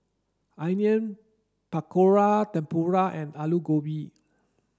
Onion Pakora Tempura and Alu Gobi